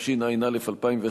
התשע"א 2011,